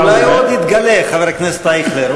אולי הוא עוד יתגלה, חבר הכנסת אייכלר.